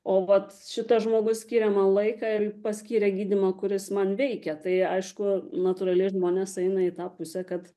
o vat šitas žmogus skyrė man laiką ir paskyrė gydymą kuris man veikia tai aišku natūraliai žmonės eina į tą pusę kad